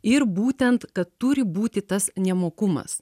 ir būtent kad turi būti tas nemokumas